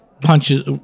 punches